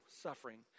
suffering